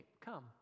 come